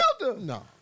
No